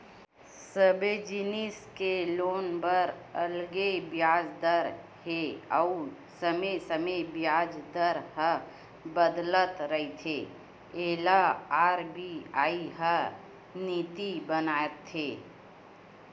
सबे जिनिस के लोन बर अलगे बियाज दर हे अउ समे समे बियाज दर ह बदलत रहिथे एला आर.बी.आई ह नीति बनाथे